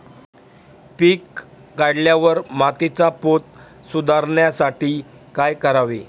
पीक काढल्यावर मातीचा पोत सुधारण्यासाठी काय करावे?